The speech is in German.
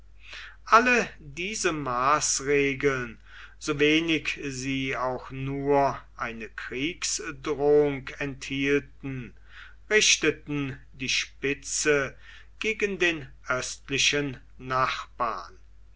alle diese maßregeln so wenig sie auch nur eine kriegsdrohung enthielten richteten die spitze gegen den östlichen nachbarn